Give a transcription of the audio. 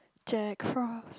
Jack-Frost